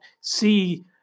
see